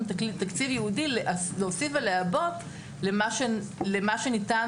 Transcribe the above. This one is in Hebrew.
תקציב ייעודי להוסיף ולעבות למה שניתן